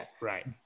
Right